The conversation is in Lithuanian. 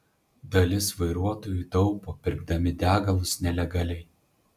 dalis vairuotojų taupo pirkdami degalus nelegaliai